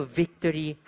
victory